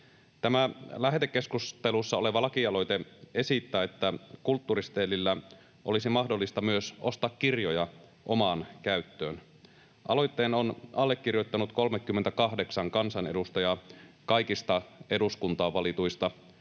Tämä lähetekeskustelussa oleva lakialoite esittää, että kulttuurisetelillä olisi mahdollista myös ostaa kirjoja omaan käyttöön. Aloitteen on allekirjoittanut 38 kansanedustajaa kaikista eduskuntaan valituista